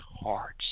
hearts